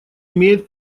имеет